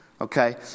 Okay